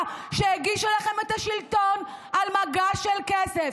שהגישה לכם את השלטון על מגש של כסף,